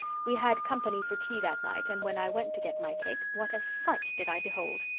we had company for tea that night and when i went to get my cake what a sight did i behold!